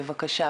בבקשה,